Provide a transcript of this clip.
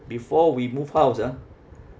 before we move house ah